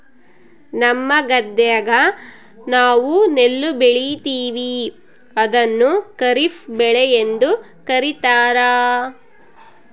ನಮ್ಮ ಗದ್ದೆಗ ನಾವು ನೆಲ್ಲು ಬೆಳೀತೀವಿ, ಅದನ್ನು ಖಾರಿಫ್ ಬೆಳೆಯೆಂದು ಕರಿತಾರಾ